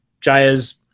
Jaya's